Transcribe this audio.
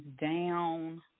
down